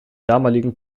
damaligen